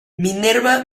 minerva